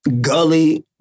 gully